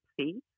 see